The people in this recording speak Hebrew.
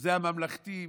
זה הממלכתי,